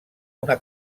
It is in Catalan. una